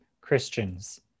Christians